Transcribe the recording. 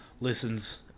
listens